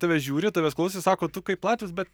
tave žiūri tavęs klausias sako tu kaip latvis bet